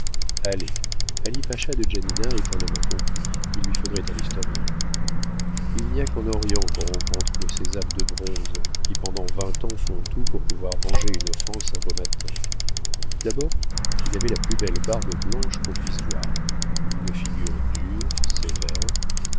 allez ali pacha de janina est un homme incompris il lui faudrait un historien il n'y a qu'en orient qu'on rencontre de ces âmes de bronze qui pendant vingt ans font tout pour pouvoir venger une offense un beau matin d'abord il avait la plus belle barbe blanche qu'on puisse voir une figure dure sévère